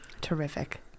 Terrific